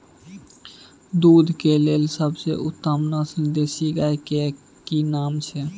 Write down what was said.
दूध के लेल सबसे उत्तम नस्ल देसी गाय के की नाम छै?